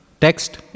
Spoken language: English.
text